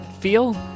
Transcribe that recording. feel